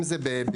אם זה בביטוחים,